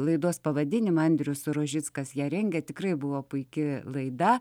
laidos pavadinimą andrius rožickas ją rengė tikrai buvo puiki laida